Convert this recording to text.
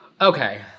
Okay